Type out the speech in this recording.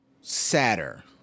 sadder